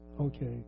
Okay